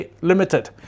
limited